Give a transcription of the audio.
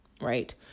right